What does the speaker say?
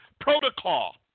protocol